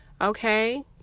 okay